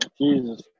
Jesus